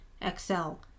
Excel